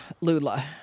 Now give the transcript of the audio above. Lula